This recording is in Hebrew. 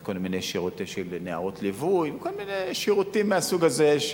כל מיני שירותים של נערות ליווי וכל מיני שירותים מהסוג הזה.